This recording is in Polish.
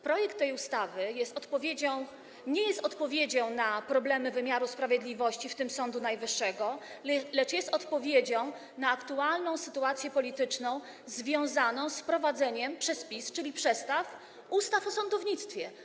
Projekt tej ustawy nie jest odpowiedzią na problemy wymiaru sprawiedliwości, w tym Sądu Najwyższego, lecz jest odpowiedzią na aktualną sytuację polityczną związaną z wprowadzeniem przez PiS, czyli przez was, ustaw o sądownictwie.